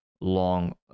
long